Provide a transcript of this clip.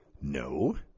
No